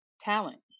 talent